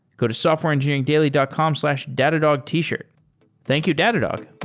go to software engineeringdaily dot com slash datadogtshirt. thank you, datadog.